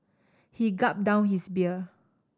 he gulped down his beer